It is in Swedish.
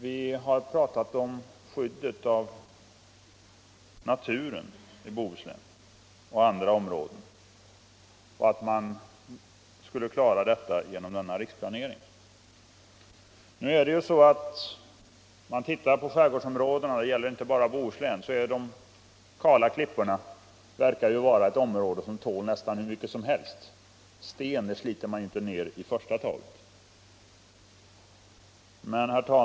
Vi har pratat om skyddet av naturen i Bohuslän och i andra områden och sagt att det behovet skulle kunna tillgodoses genom denna riksplanering. De kala klipporna i skärgårdsområdena — det gäller inte bara Bohuslän — verkar vara något som tål nästan hur mycket som helst. Sten sliter man inte ner i första taget.